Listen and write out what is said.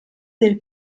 del